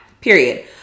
period